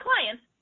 clients